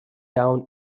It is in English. down